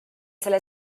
selle